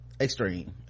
extreme